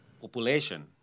population